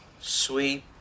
sweet